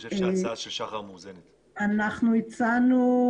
אנחנו הצענו: